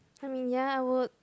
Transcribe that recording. I mean ya I would